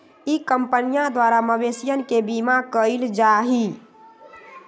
ई कंपनीया द्वारा मवेशियन के बीमा कइल जाहई